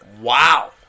Wow